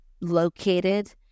located